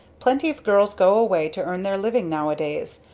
plenty of girls go away to earn their livings nowadays.